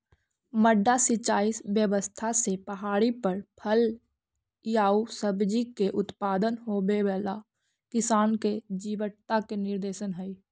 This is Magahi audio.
मड्डा सिंचाई व्यवस्था से पहाड़ी पर फल एआउ सब्जि के उत्पादन होवेला किसान के जीवटता के निदर्शन हइ